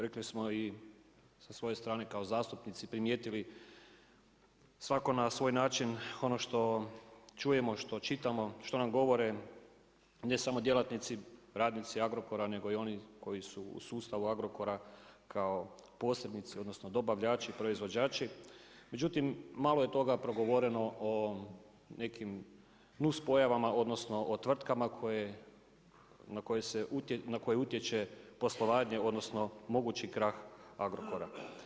Rekli smo i sa svoje strane kao zastupnici, primijetili svako na svoj način ono što čujemo, što čitamo, što nam govore ne samo djelatnici, radnici Agrokora nego i oni koji su u sustavu Agrokora kao posrednici, odnosno dobavljači, proizvođači, međutim malo je toga progovoreno o nekim nuspojavama, odnosno o tvrtkama koje, na koje utječe poslovanje odnosno mogući krah Agrokora.